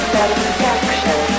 Satisfaction